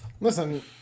Listen